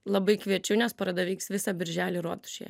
labai kviečiu nes paroda vyks visą birželį rotušėje